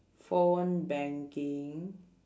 phone banking